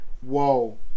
Whoa